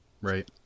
Right